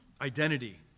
identity